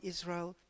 Israel